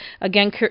Again